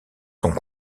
sont